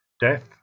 death